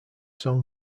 song